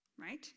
right